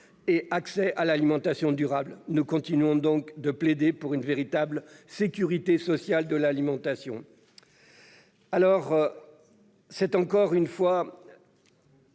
et accès à l'alimentation durable. Nous continuons donc de plaider pour une véritable sécurité sociale de l'alimentation. Sans grand espoir, nous